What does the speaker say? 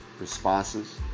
responses